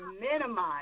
minimize